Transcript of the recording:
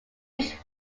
each